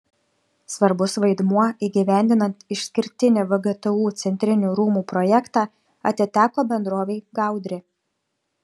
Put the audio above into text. svarbus vaidmuo įgyvendinant išskirtinį vgtu centrinių rūmų projektą atiteko bendrovei gaudrė